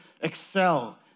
Excel